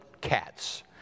cats